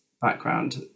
background